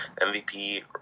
MVP